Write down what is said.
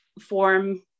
form